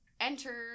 Enter